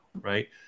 right